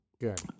Good